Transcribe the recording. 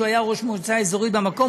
שהיה ראש מועצה אזורית במקום,